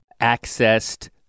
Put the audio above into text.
accessed